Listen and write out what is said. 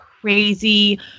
crazy